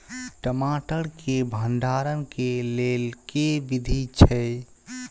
टमाटर केँ भण्डारण केँ लेल केँ विधि छैय?